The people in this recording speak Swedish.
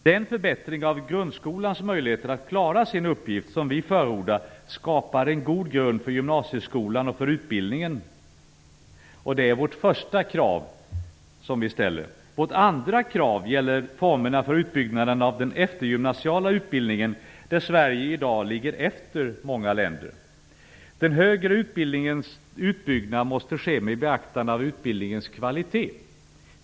Den förbättring av grundskolans möjligheter att klara sin uppgift som vi förordar, skapar en god grund för gymnasieskolan och för utbildningen. Det är vårt första krav. Vårt andra krav gäller formerna för utbyggnaden av den eftergymnasiala utbildningen, där Sverige i dag ligger efter många länder. Den högre utbildningens utbyggnad måste ske med beaktande av utbildningens kvalitet.